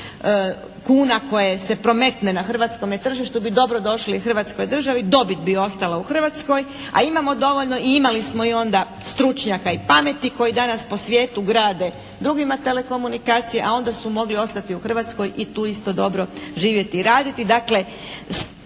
kuna koje se prometne na hrvatskome tržištu bi dobro došli hrvatskoj državi, dobit bi ostala u Hrvatskoj. A imamo dovoljno i imali smo onda stručnjaka i pameti koji danas po svijetu grade drugima telekomunikacije, a onda su mogli ostati u Hrvatskoj i tu isto dobro živjeti i raditi.